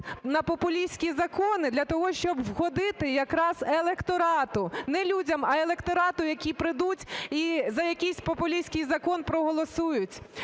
на популістські закони для того, щоб вгодити якраз електорату – не людям, а електорату, які прийдуть і за якийсь популістський закон проголосують.